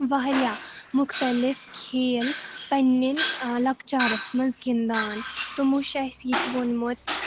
واریاہ مختلف کھیل پنہٕ نٮ۪ن لۄکچارَس منٛز گِنٛدان تِمو چھُ اَسہِ یِتہِ ووٚنمُت